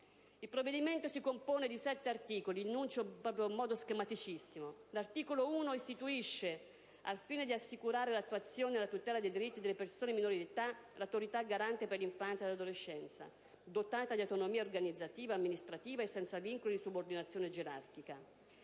Il provvedimento si compone di 7 articoli, il cui contenuto richiamo in modo molto schematico. L'articolo 1 istituisce, al fine di assicurare l'attuazione e la tutela dei diritti delle persone di minore età, l'Autorità garante per l'infanzia e l'adolescenza, dotata di autonomia organizzativa, amministrativa e senza vincoli di subordinazione gerarchica.